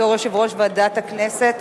בתור יושב-ראש ועדת הכנסת.